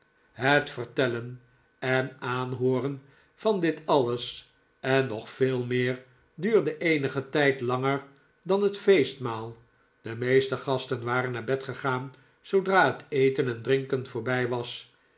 het vertellen en aanhooren van dit alles en nog veel meer duurde eenigen tijd langer dan het feestmaal de meeste gasten waren naar bed gegaan zoodra het eten en drinken voorbij was